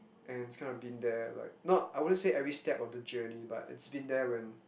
and it's kind of been there like not I wouldn't say every step of the journey but it's been there when